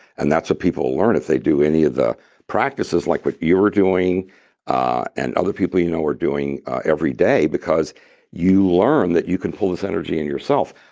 and that's what people learn if they do any of the practices like what you were doing ah and other people you know were doing every day, because you learn that you can pull this energy in yourse